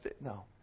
no